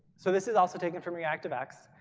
so this is also taken from reactivex.